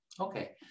Okay